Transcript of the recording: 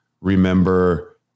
remember